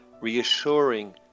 reassuring